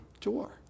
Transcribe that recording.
door